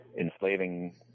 enslaving